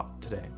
today